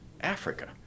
Africa